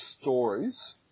stories